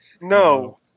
No